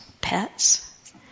pets